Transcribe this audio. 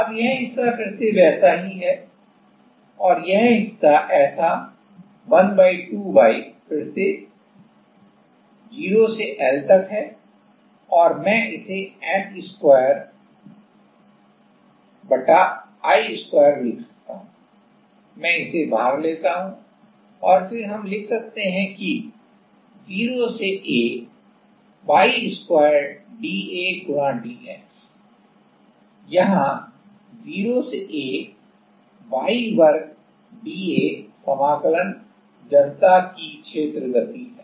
अब यह हिस्सा फिर से वैसा ही है और यह हिस्सा ऐसा1२Y फिर से 0 से L तक है मैं इसे M2 I2 लिख सकता हूँ मैं इसे बाहर लेता हूँ और फिर हम लिख सकते हैं कि 0 से A y वर्ग dA dx यह 0 से A Y वर्ग dA समाकलन जड़ता की क्षेत्र गति है